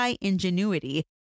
ingenuity